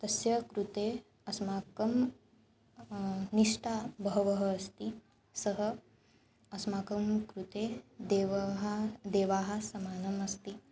तस्य कृते अस्माकं निष्ठाः बहवः अस्ति सः अस्माकं कृते देवः देवाः समानम् अस्ति